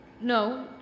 No